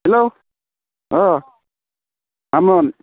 hello मामोन